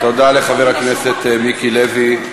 תודה לחבר הכנסת מיקי לוי.